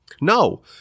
No